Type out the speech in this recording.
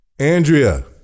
Andrea